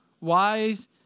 wise